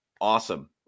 awesome